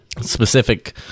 specific